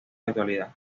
actualidad